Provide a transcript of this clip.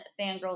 Fangirl